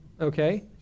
okay